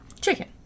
chicken